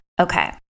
Okay